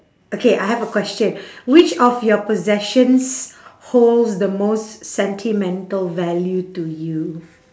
okay I have a question which of your possessions holds the most sentimental value to you